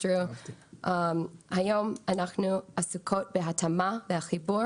--- היום אנחנו עסוקות בהתאמה והחיבור